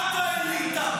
הממשלה.